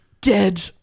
dead